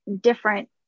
different